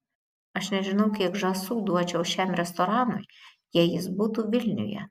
aš nežinau kiek žąsų duočiau šiam restoranui jei jis būtų vilniuje